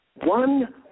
One